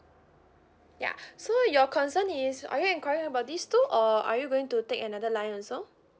ya so your concern is are you enquiring about these two or are you going to take another line also